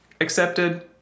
accepted